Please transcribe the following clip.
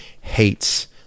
hates